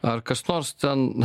ar kas nors ten